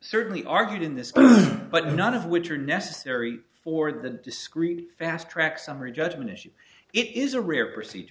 certainly argued in this manner but none of which are necessary for the discrete fast track summary judgment as you it is a rare procedure